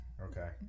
Okay